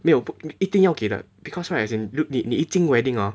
没有一定要给的 because right as in 你你一进 wedding hor